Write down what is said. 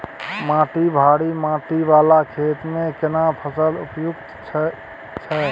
माटी भारी माटी वाला खेत में केना फसल उपयुक्त छैय?